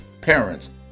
parents